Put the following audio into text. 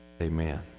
Amen